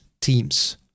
Teams